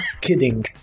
kidding